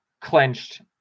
clenched